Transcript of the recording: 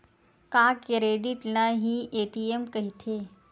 का क्रेडिट ल हि ए.टी.एम कहिथे?